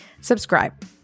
subscribe